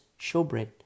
showbread